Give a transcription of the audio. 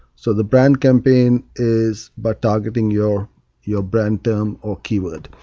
so the brand campaign is by targeting your your brand term or key word.